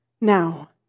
now